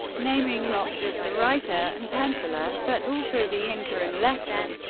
naming not just the writer and penciller, but also the inker and letterer.